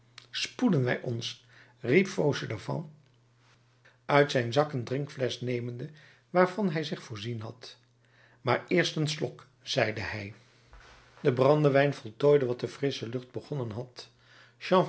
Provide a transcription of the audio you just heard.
spoeden wij ons riep fauchelevent uit zijn zak een drinkflesch nemende waarvan hij zich voorzien had maar eerst een slok zeide hij de brandewijn voltooide wat de frissche lucht begonnen had